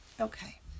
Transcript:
Okay